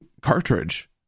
cartridge